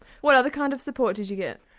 what other kind of support did you get?